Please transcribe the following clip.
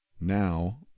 Now